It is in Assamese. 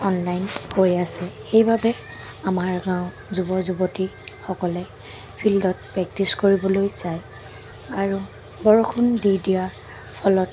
অনলাইন হৈ অছে সেইবাবে আমাৰ গাঁৱৰ যুৱ যুৱতীসকলে ফিল্ডত প্ৰেক্টিচ কৰিবলৈ যায় আৰু বৰষুণ দি দিয়া ফলত